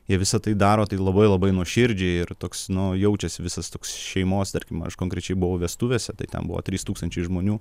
jie visą tai daro tai labai labai nuoširdžiai ir toks no jaučiasi visas toks šeimos tarkim aš konkrečiai buvau vestuvėse tai tebuvo trys tūkstančiai žmonių